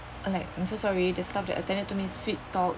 like I'm so sorry the staff that attended to me sweet talk